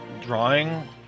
drawing